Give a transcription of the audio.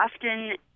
often